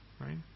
right